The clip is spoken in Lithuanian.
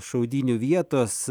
šaudynių vietos